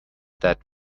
that